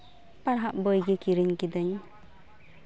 ᱯᱟᱲᱦᱟᱜ ᱵᱳᱭ ᱜᱮ ᱠᱤᱨᱤᱧ ᱠᱤᱫᱟᱹᱧ